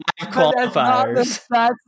qualifiers